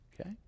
Okay